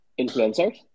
influencers